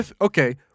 Okay